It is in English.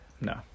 No